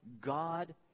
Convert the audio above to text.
God